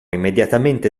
immediatamente